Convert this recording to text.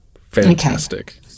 Fantastic